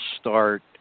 start